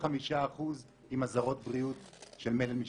65% אם אזהרות בריאות של מלל משתנה.